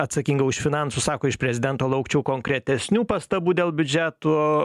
atsakinga už finansus sako iš prezidento laukčiau konkretesnių pastabų dėl biudžetų